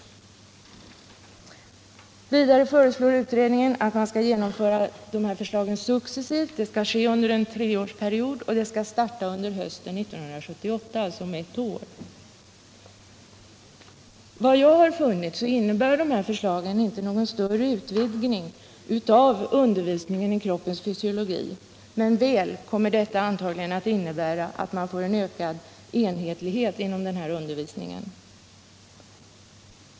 Vidare föreslår utredningen att man skall genomföra dessa förslag successivt under en treårsperiod med start under hösten 1978, alltså om ett år. Efter vad jag har funnit innebär dessa förslag inte någon större utvidgning av undervisningen i kroppens fysiologi men förmodligen en ökad enhetlighet i denna undervisning.